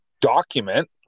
document